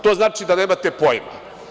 To znači da nemate pojma.